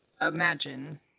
imagine